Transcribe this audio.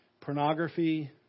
pornography